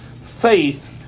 faith